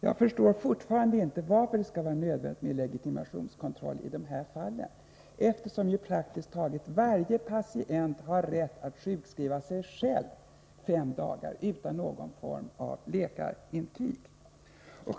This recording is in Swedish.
Jag förstår fortfarande inte varför det skall vara nödvändigt med legitimationskontroll i dessa fall, eftersom ju praktiskt taget varje patient har rätt att sjukskriva sig själv fem dagar utan någon form av läkarintyg.